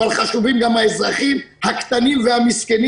אבל חשובים גם האזרחים הקטנים והמסכנים